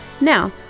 Now